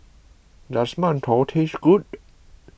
does Mantou taste good